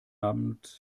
abend